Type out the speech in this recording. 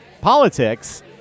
politics